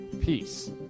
peace